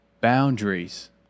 boundaries